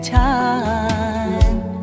time